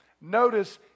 notice